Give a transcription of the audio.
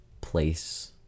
place